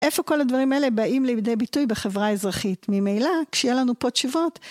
איפה כל הדברים האלה באים לידי ביטוי בחברה האזרחית ממילא כשיהיה לנו פה תשובות?